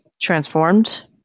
transformed